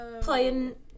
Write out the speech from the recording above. playing